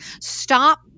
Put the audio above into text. stop